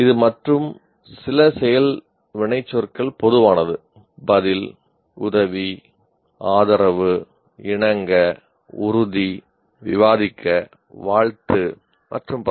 இது மற்றும் சில செயல் வினைச்சொற்கள் பொதுவானது பதில் உதவி ஆதரவு இணங்க உறுதி விவாதிக்க வாழ்த்து மற்றும் பல